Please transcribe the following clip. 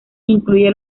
incluye